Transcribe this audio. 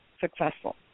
successful